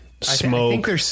Smoke